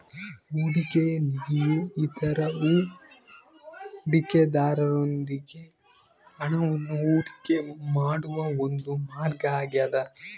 ಹೂಡಿಕೆಯ ನಿಧಿಯು ಇತರ ಹೂಡಿಕೆದಾರರೊಂದಿಗೆ ಹಣವನ್ನು ಹೂಡಿಕೆ ಮಾಡುವ ಒಂದು ಮಾರ್ಗ ಆಗ್ಯದ